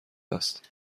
است